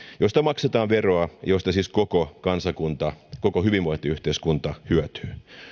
joista maksetaan veroa josta siis koko kansakunta koko hyvinvointiyhteiskunta hyötyy